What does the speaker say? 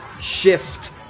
shift